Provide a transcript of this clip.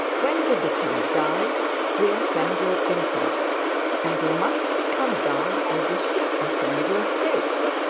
when we become dull we offend your intellect and we must become dull or we should offend your taste.